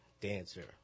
dancer